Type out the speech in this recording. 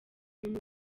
umuntu